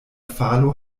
falo